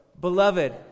Beloved